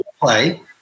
play